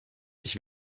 ich